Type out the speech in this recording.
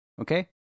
Okay